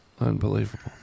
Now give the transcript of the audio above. Unbelievable